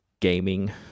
gaming